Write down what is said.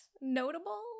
notable